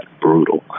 brutal